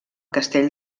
castell